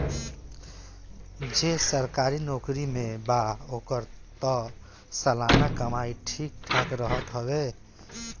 जे सरकारी नोकरी में बा ओकर तअ सलाना कमाई ठीक ठाक रहत हवे